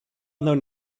known